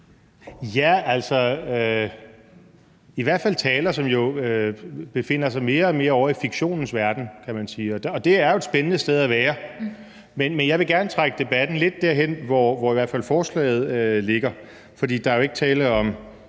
Det var i hvert fald en tale, som befandt sig mere og mere ovre i fiktionens verden, kan man sige, og det er jo et spændende sted at være. Men jeg vil gerne trække debatten lidt derhen, hvor forslaget ligger, for der er jo ikke tale om